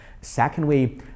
Secondly